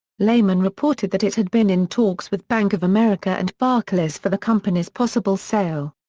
lehman reported that it had been in talks with bank of america and barclays for the company's possible sale.